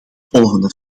volgende